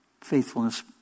faithfulness